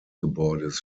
gebäudes